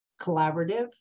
collaborative